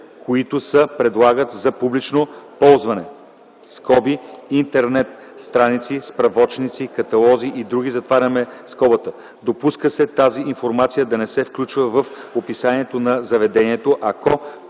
които се предлагат за публично ползване (интернет страници, справочници, каталози и други). Допуска се тази информация да не се включва в описанието на заведението, ако